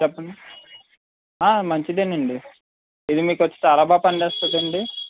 చెప్పండి మంచిదేనండి ఇది మీకు వచ్చి చాలా బాగా పనిచేస్తుందండి